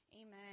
Amen